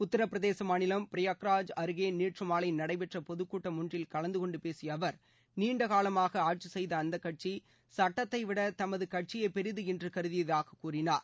உத்தரப்பிரதேச மாநிலம் பிரயாக்ராஜ் அருகே நேற்று மாலை நடைபெற்ற பொதுக்கூட்டம் ஒன்றில் கலந்து கொண்டு பேசிய அவர் நீண்டகாலமாக ஆட்சிசெய்த அந்த கட்சி சுட்டத்தைவிட தமது கட்சியே பெரிது என்று கருதியதாக கூறினார்